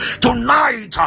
Tonight